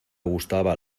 gustaba